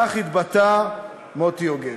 כך התבטא מוטי יוגב.